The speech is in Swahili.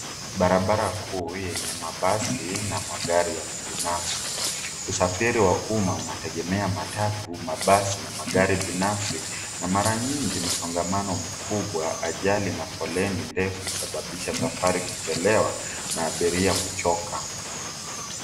Barabara kuu yenye mabasi na magari ya kibinafsi. Usafiri wa umma unategemea matatu ,mabasi na magari binafsi na mara nyingi msongamano mkubwa ,ajali na foleni ndefu husababisha safiri kuchelewa na abiria kuchoka.